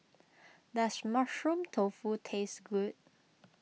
does Mushroom Tofu taste good